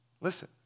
Listen